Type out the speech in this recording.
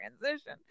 transition